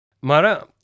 Mara